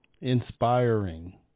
inspiring